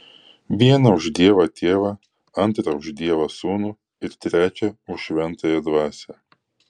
vieną už dievą tėvą antrą už dievą sūnų ir trečią už šventąją dvasią